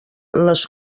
les